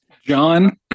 John